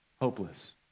hopeless